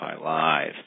Live